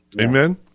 Amen